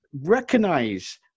recognize